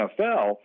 NFL